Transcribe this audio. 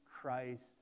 Christ